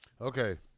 Okay